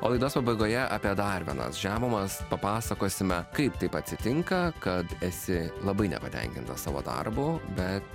o laidos pabaigoje apie dar vienas žemumas papasakosime kaip taip atsitinka kad esi labai nepatenkintas savo darbu bet